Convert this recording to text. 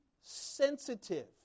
sensitive